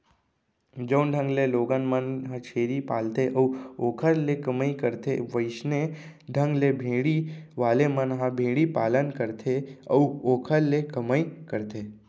जउन ढंग ले लोगन मन ह छेरी पालथे अउ ओखर ले कमई करथे वइसने ढंग ले भेड़ी वाले मन ह भेड़ी पालन करथे अउ ओखरे ले कमई करथे